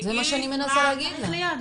זה מה שאני מנסה להגיד לה.